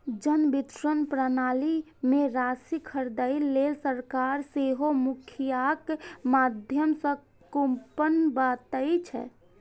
जन वितरण प्रणाली मे राशन खरीदै लेल सरकार सेहो मुखियाक माध्यम सं कूपन बांटै छै